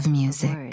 music